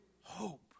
hope